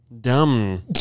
Dumb